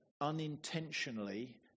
unintentionally